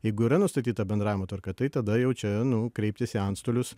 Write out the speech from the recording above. jeigu yra nustatyta bendravimo tvarka tai tada jau čia nu kreiptis į antstolius